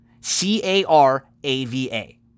C-A-R-A-V-A